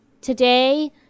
today